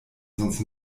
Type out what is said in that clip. sonst